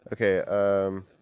Okay